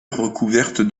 recouverte